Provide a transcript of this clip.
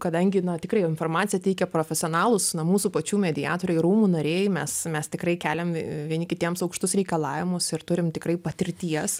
kadangi na tikrai informaciją teikia profesionalūs na mūsų pačių mediatoriai rūmų nariai mes mes tikrai keliam vieni kitiems aukštus reikalavimus ir turim tikrai patirties